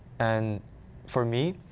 and for me,